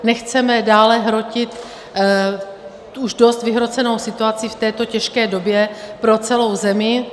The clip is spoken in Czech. Nechceme dále hrotit už dost vyhrocenou situaci v této těžké době pro celou zemi.